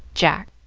jack